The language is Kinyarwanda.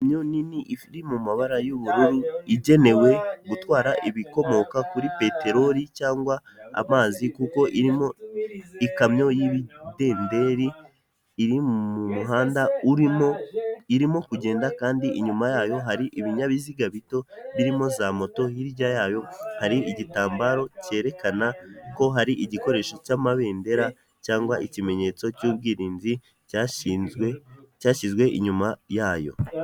Ikamyo nini iri mu mabara y'ubururu igenewe gutwara ibikomoka kuri peteroli cyangwa amazi, kuko irimo ikamyo y'ibidederi iri mu muhanda irimo kugenda kandi inyuma yayo hari ibinyabiziga bito birimo za moto, hirya yayo hari igitambaro cyerekana ko hari igikoresho cy'amabendera cyangwa ikimenyetso cy'ubwirinzi cyashyizwe inyuma yayo.